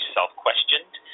self-questioned